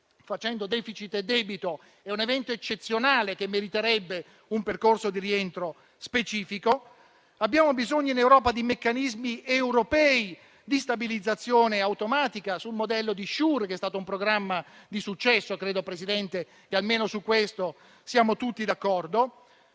facendo *deficit* e debito, è un evento eccezionale, che meriterebbe un percorso di rientro specifico. Abbiamo bisogno in Europa di meccanismi europei di stabilizzazione automatica, sul modello di Sure, che è stato un programma di successo (credo, signor Presidente, che almeno su questo siamo tutti d'accordo).